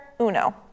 Uno